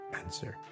answer